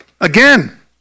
Again